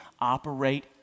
operate